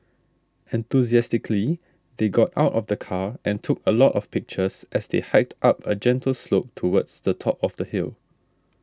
enthusiastically they got out of the car and took a lot of pictures as they hiked up a gentle slope towards the top of the hill